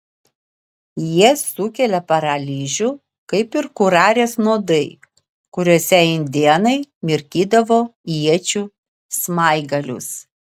jie sukelia paralyžių kaip ir kurarės nuodai kuriuose indėnai mirkydavo iečių smaigalius